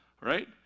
Right